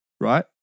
right